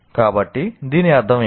కాబట్టి దీని అర్థం ఏమిటి